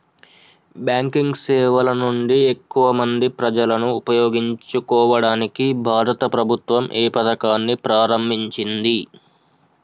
Banking సేవల నుండి ఎక్కువ మంది ప్రజలను ఉపయోగించుకోవడానికి భారత ప్రభుత్వం ఏ పథకాన్ని ప్రారంభించింది?